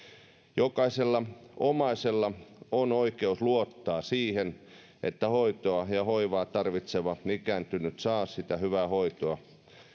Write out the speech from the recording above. jokaisella omaisella on oikeus luottaa siihen että hoitoa ja hoivaa tarvitseva ikääntynyt saa sitä hyvää hoitoa